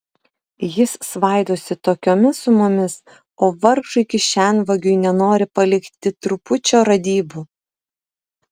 jis svaidosi tokiomis sumomis o vargšui kišenvagiui nenori palikti trupučio radybų